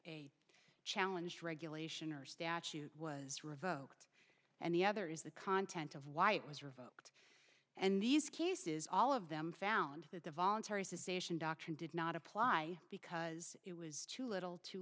a challenge regulation or statute was revoked and the other is the content of why it was revoked and these cases all of them found that the voluntary suspicion doctrine did not apply because it was too little too